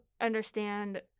understand